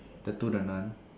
tattoo the none